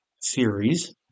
series